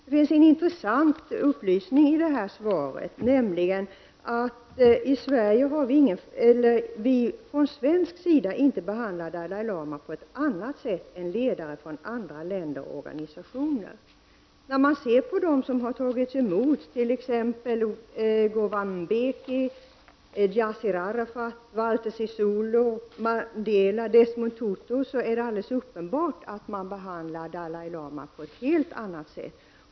Det finns i svaret en intressant upplysning, nämligen att vi från svensk sida inte behandlar Dalai Lama på ett annat sätt än ledare från andra länder och organisationer. När man jämför med dem som har tagits emot, t.ex. Govan Mbeki, Yassir Arafat, Walter Sisulu, Nelson Mandela och Desmond Tutu, är det alldeles uppenbart att man behandlar Dalai Lama på ett helt annat sätt.